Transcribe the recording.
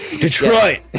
Detroit